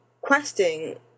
questing